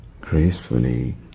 gracefully